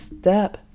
Step